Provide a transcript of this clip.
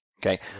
okay